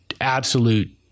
absolute